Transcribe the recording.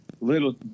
little